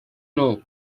know